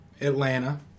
Atlanta